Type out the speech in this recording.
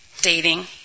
dating